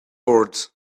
boards